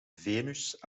venus